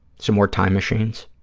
some more time machines.